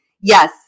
Yes